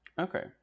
Okay